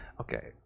Okay